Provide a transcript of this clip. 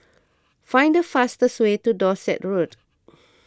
find the fastest way to Dorset Road